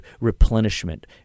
replenishment